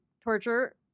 torture